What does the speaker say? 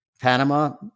Panama